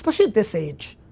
but yeah at this age.